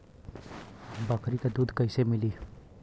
बकरी क दूध कईसे मिली?